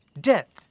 Death